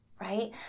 right